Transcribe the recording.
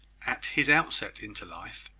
at his outset into life,